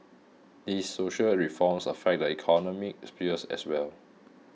these social reforms affect the economic spheres as well